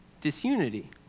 disunity